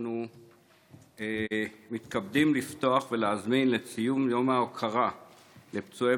אנחנו מתכבדים לפתוח את ציון יום ההוקרה לפצועי